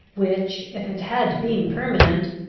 which, if it had been permanent,